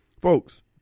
folks